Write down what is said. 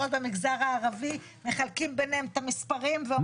בבחירות במגזר הערבי מחלקים ביניהם את המספרים.